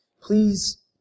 Please